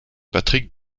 patrick